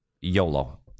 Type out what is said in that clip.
YOLO